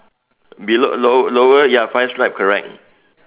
below low lower ya five stripe correct